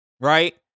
right